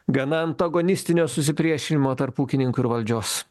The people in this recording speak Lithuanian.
gana antagonistinio susipriešinimo tarp ūkininkų ir valdžios